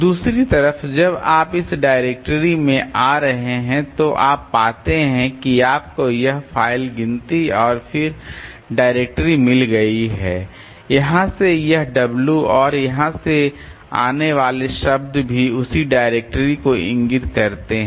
दूसरी तरफ जब आप इस डायरेक्टरी में आ रहे हैं तो आप पाते हैं कि आपको यह फ़ाइल गिनती और फिर डायरेक्टरी मिल गई है और यहाँ से यह w और यहाँ से आने वाले शब्द भी उसी डायरेक्टरी को इंगित करते हैं